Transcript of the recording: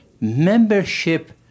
membership